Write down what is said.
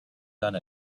done